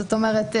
זאת אומרת,